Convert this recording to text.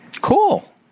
Cool